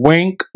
Wink